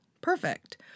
perfect